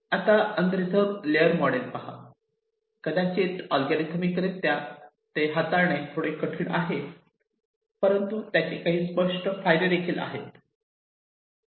आता unreserved layer model पहा कदाचित अल्गोरिदमिकरित्या हाताळणे थोडे कठीण आहे परंतु त्याचे काही स्पष्ट फायदे आहेत